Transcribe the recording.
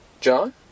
John